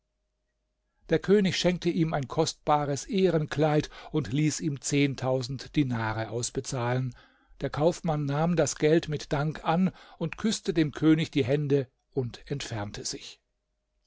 der könig schenkte ihm ein kostbares ehrenkleid und ließ ihm zehntausend dinare ausbezahlen der kaufmann nahm das geld mit dank an und küßte dem könig die hände und entfernte sich